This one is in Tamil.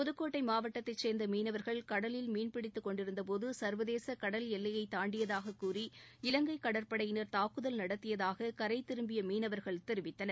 புதுக்கோட்டை மாவட்டத்தைச் சேர்ந்த மீனவர்கள் கடலில் மீன்பிடித்துக் கொண்டிருந்தபோது சர்வதேச கடல் எல்லையை தாண்டியதாக கூறி இலங்கை கடற்படையினர் தாக்குதல் நடத்தியதாக கரை திரும்பிய மீனவர்கள் தெரிவித்தனர்